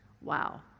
Wow